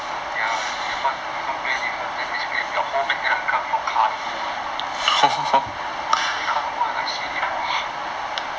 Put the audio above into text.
ya different different place different then basically your whole map end up become so colourful ya very colourful I see already like !wah!